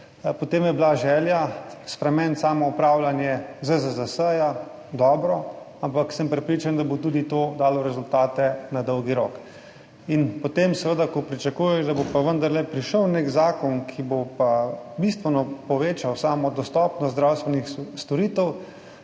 Potem je bila želja spremeniti samoupravljanje ZZZS. Dobro, ampak sem prepričan, da bo tudi to dalo rezultate na dolgi rok. In potem, seveda, ko pričakuješ, da bo pa vendarle prišel nek zakon, ki bo bistveno povečal samo dostopnost zdravstvenih storitev,